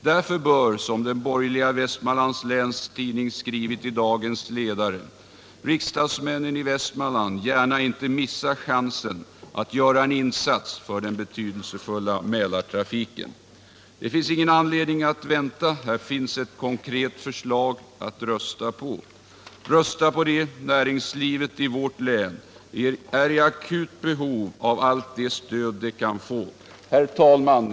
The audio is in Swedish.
Därför bör, som den borgerliga Vestmanlands Läns Tidning skrivit i dagens ledare, riksdagsmännen i Västmanland ”gärna inte missa chansen att göra en insats för den betydelsefulla Mälartrafiken!” Det finns ingen anledning att vänta. Här finns ett konkret förslag att rösta på. Rösta på det! Näringslivet i vårt län är i akut behov av allt det stöd det kan få. Herr talman!